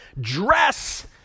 Dress